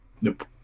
Nope